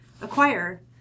acquire